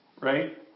Right